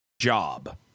job